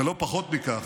ולא פחות מכך,